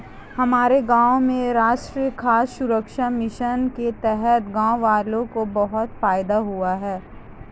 हमारे गांव में राष्ट्रीय खाद्य सुरक्षा मिशन के तहत गांववालों को बहुत फायदा हुआ है